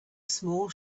small